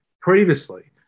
previously